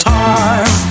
time